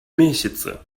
месяце